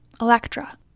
Electra